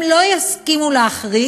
אם לא יסכימו לא להחריג,